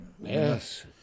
Yes